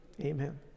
Amen